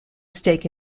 stake